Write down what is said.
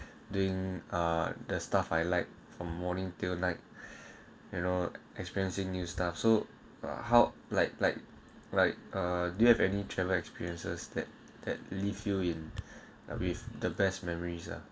doing are the stuff I like from morning till night you know experiencing new staff so uh how light light right uh do you have any travel experiences that that leave you in there with the best memories ah